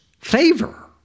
favor